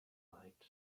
light